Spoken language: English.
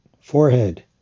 forehead